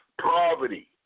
poverty